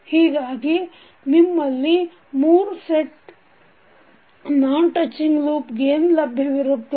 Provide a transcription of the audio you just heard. ಹೀಗಾಗಿ ನಿಮ್ಮಲ್ಲಿ ೩ set non touching loop gain ಲಭ್ಯವಿರುತ್ತದೆ